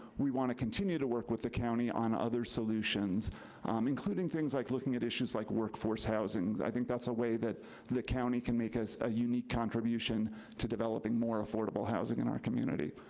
we want to continue to work with the county on other solutions um including things like looking at issues like workforce housing. i think that's a way that the county can make us a unique contribution to developing more affordable housing in our community.